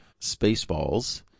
Spaceballs